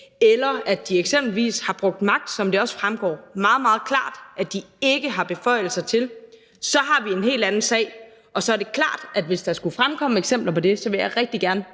eller at de eksempelvis har brugt magt, som det også fremgår meget, meget klart at de ikke har beføjelser til, så har vi en helt anden sag. Og så er det klart, at hvis der skulle fremkomme eksempler på det, vil jeg rigtig gerne